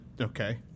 okay